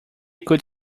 could